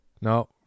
No